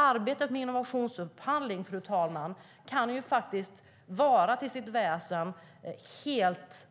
Arbetet med innovationsupphandling, fru talman, kan till sitt väsen vara helt